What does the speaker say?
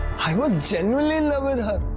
i was genuinely in love with her.